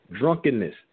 drunkenness